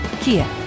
Kia